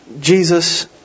Jesus